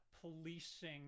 policing